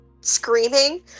screaming